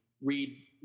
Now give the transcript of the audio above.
read